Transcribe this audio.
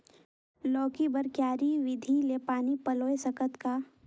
लौकी बर क्यारी विधि ले पानी पलोय सकत का?